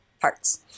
parts